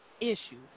issues